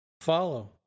follow